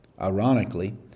Ironically